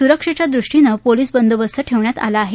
सुरक्षेच्या दृष्टीनं क्वे पोलीस बंदोबस्त ठेवण्यात आला आहे